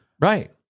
Right